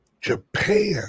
Japan